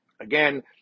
again